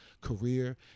career